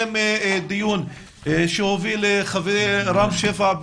התקיים דיון שהוביל חבר הכנסת רם שפע,